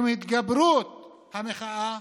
עם התגברות המחאה,